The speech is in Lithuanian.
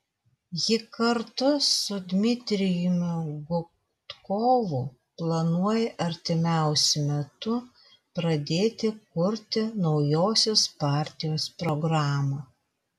ji kartu su dmitrijumi gudkovu planuoja artimiausiu metu pradėti kurti naujosios partijos programą